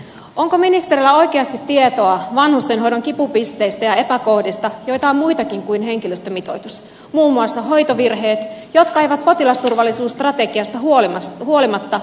onko ministerillä oikeasti tietoa vanhustenhoidon kipupisteistä ja epäkohdista joita on muitakin kuin henkilöstömitoitus muun muassa hoitovirheet jotka eivät potilasturvallisuusstrategiasta huolimatta ole vähentyneet